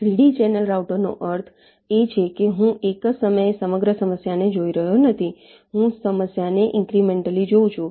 greedy channel રાઉટરનો અર્થ છે કે હું એક જ સમયે સમગ્ર સમસ્યાને જોઈ રહ્યો નથી હું સમસ્યાને ઇંક્રિમેંટલી જોઉં છું